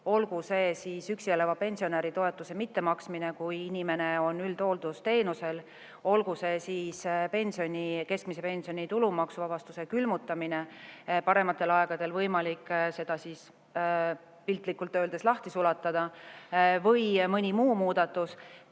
olgu see siis üksi elava pensionäri toetuse mittemaksmine, kui inimene on üldhooldusteenusel, olgu see siis keskmise pensioni tulumaksuvabastuse külmutamine paremateks aegadeks, kui oleks võimalik see piltlikult öeldes lahti sulatada, või mõni muu muudatus